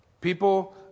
People